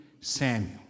Samuel